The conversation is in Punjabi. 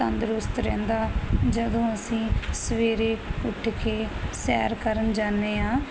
ਤੰਦਰੁਸਤ ਰਹਿੰਦਾ ਜਦੋਂ ਅਸੀਂ ਸਵੇਰੇ ਉੱਠ ਕੇ ਸੈਰ ਕਰਨ ਜਾਦੇ ਆਂ